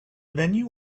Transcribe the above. venue